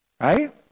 Right